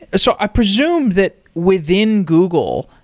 so i presume that within google,